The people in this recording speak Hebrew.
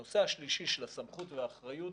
3. נושא הסמכות והאחריות.